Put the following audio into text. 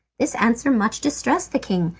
this answer much distressed the king,